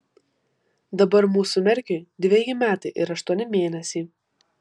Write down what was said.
dabar mūsų merkiui dveji metai ir aštuoni mėnesiai